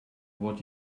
what